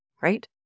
right